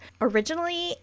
originally